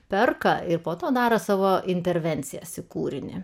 perka ir po to daro savo intervencijas į kūrinį